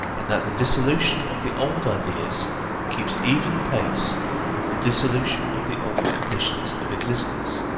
and that the dissolution of the old ideas keeps even pace with the dissolution of the old conditions of existence.